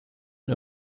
and